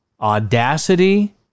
audacity